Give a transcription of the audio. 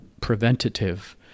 preventative